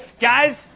Guys